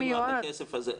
למה מיועד הכסף הזה?